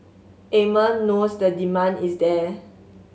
Amer knows the demand is there